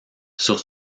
sur